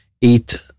eat